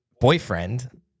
boyfriend